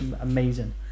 amazing